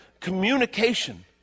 Communication